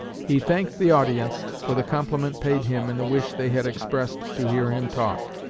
he thanked the audience for the compliment paid him in the wish they had expressed to hear him talk,